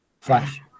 flash